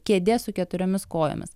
kėdė su keturiomis kojomis